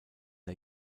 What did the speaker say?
der